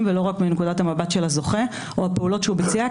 ולא רק מנקודת המבט של הזוכה או הפעולות שהוא ביצע,